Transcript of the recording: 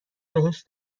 بهش